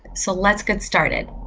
so let's get started.